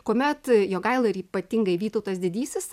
kuomet jogaila ir ypatingai vytautas didysis